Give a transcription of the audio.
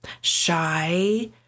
shy